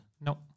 No